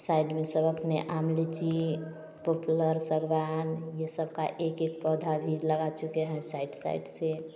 side में सब अपने आम लीची पॉपुलर सागवान ये सब का एक एक पौधा भी लगा चुके हैं साइड साइड से